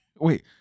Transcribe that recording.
Wait